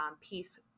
piece